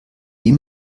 wie